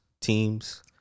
Teams